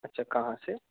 अच्छा कहाँ से